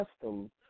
custom